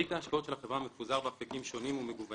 תיק ההשקעות של החברה מפוזר באפיקים שונים ומגוונים.